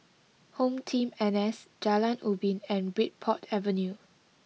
HomeTeam N S Jalan Ubin and Bridport Avenue